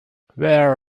where